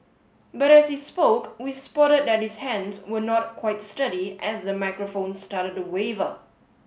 but as he spoke we spotted that his hands were not quite sturdy as the microphone started to waver